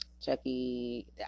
Chucky